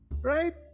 right